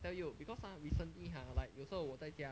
I tell you because ah recently ha like 有时候我在家